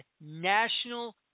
National